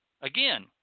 again